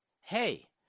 Hey